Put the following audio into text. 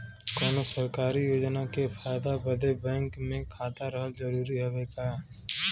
कौनो सरकारी योजना के फायदा बदे बैंक मे खाता रहल जरूरी हवे का?